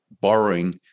borrowing